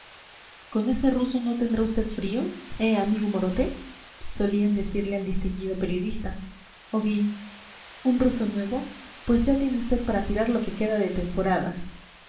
con ese ruso no tendrá usted frío eh amigo morote solían decirle al distinguido periodista o bien un ruso nuevo pues ya tiene usted para tirar lo que queda de temporada